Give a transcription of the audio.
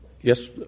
Yes